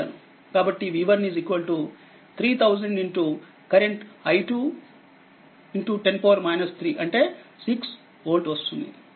కాబట్టి v1 3000 current i 210 3అంటే 6 volt వస్తుంది